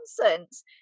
nonsense